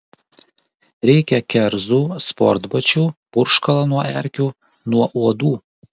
reikia kerzų sportbačių purškalo nuo erkių nuo uodų